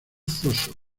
foso